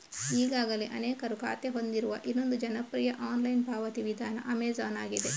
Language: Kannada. ಈಗಾಗಲೇ ಅನೇಕರು ಖಾತೆ ಹೊಂದಿರುವ ಇನ್ನೊಂದು ಜನಪ್ರಿಯ ಆನ್ಲೈನ್ ಪಾವತಿ ವಿಧಾನ ಅಮೆಜಾನ್ ಆಗಿದೆ